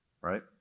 right